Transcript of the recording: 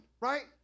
right